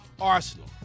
Arsenal